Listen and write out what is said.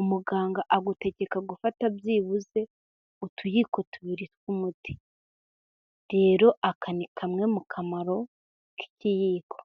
umuganga agutegeka gufata byibuze utuyiko tubiri tw'umuti, rero aka ni kamwe mu kamaro k'ikiyiko.